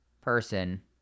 person